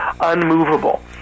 unmovable